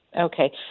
Okay